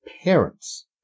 parents